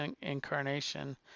incarnation